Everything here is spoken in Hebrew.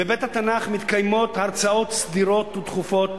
בבית-התנ"ך מתקיימות הרצאות סדירות ותכופות